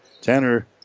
Tanner